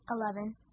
Eleven